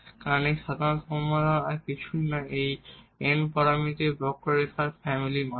কারণ এই সাধারণ সমাধান কিছুই নয় এই n প্যারামিটার কার্ভগুলির ফ্যামিলি মাত্র